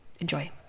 Enjoy